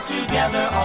Together